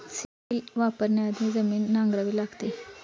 seed drill वापरण्याआधी जमीन नांगरावी लागते